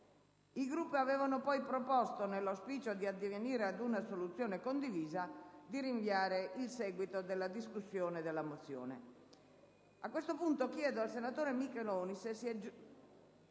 i Gruppi avevano poi proposto, nell'auspicio di addivenire ad una soluzione condivisa, di rinviare il seguito della discussione della mozione. A questo punto, chiedo al senatore Micheloni se si è giunti